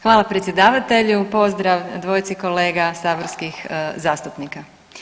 Hvala predsjedavatelju, pozdrav dvojici kolega saborskih zastupnika.